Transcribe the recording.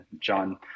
john